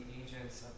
agents